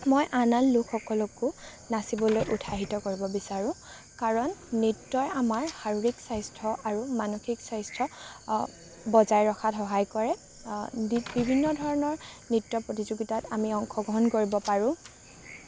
মই আন আন লোকসকলকো নাচিবলৈ উৎসাহিত কৰিব বিচাৰোঁ কাৰণ নৃত্যই আমাৰ শাৰীৰিক স্বাস্থ্য আৰু মানসিক স্বাস্থ্য বজাই ৰখাত সহায় কৰে বিভিন্ন ধৰণৰ নৃত্য প্ৰতিযোগীতাত আমি অংশগ্ৰহণ কৰিব পাৰোঁ